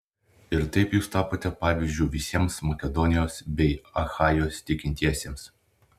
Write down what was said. ir taip jūs tapote pavyzdžiu visiems makedonijos bei achajos tikintiesiems